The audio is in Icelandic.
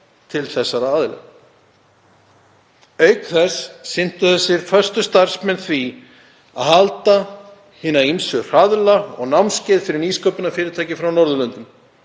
til þessara aðila. Auk þess sinntu þessir föstu starfsmenn því að halda hina ýmsu hraðla og námskeið fyrir nýsköpunarfyrirtæki frá Norðurlöndum